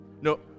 No